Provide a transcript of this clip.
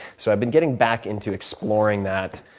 so i've been getting back into exploring that.